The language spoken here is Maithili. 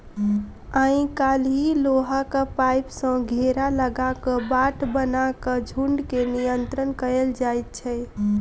आइ काल्हि लोहाक पाइप सॅ घेरा लगा क बाट बना क झुंड के नियंत्रण कयल जाइत छै